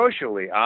socially